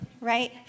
right